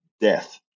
death